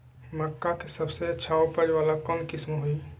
मक्का के सबसे अच्छा उपज वाला कौन किस्म होई?